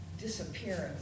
disappearance